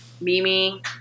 Mimi –